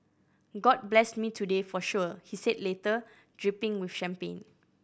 god blessed me today for sure he said later dripping with champagne